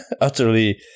utterly